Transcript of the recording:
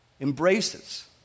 embraces